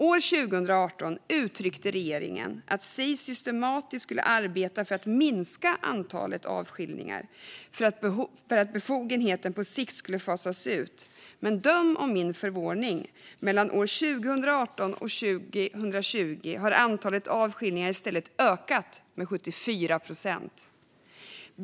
År 2018 uttryckte regeringen att Sis systematiskt skulle arbeta för att minska antalet avskiljningar och att befogenheten på sikt skulle kunna fasas ut. Döm om min förvåning när jag förstod att antalet avskiljningar i stället ökade med 74 procent mellan år 2018 och 2020.